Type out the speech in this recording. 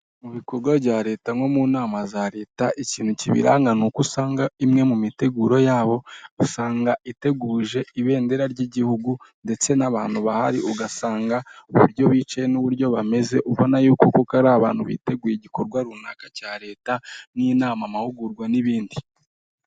Mu bikorwa bya leta nko mu nama za leta ikintu kibiranga ni uko usanga imwe mu miteguro yabo usanga iteguje ibendera ry'igihugu ndetse n'abantu bahari ugasanga uburyo bicaye n'uburyo bameze ubonayo kuko ari abantu biteguye igikorwa runaka cya leta n'inama amahugurwa n'ibindi.